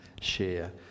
share